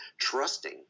trusting